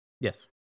Yes